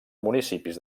municipis